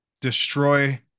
destroy